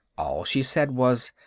all she said was,